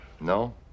No